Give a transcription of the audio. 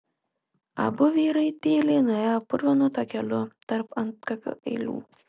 abu vyrai tyliai nuėjo purvinu takeliu tarp antkapių eilių